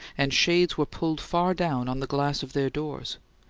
and shades were pulled far down on the glass of their doors.